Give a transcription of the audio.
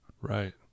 Right